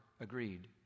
agreed